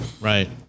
Right